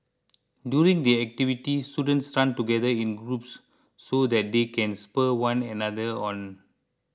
during the activity students run together in groups so that they can spur one another on